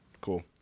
Cool